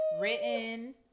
written